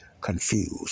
confused